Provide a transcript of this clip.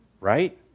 right